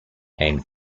and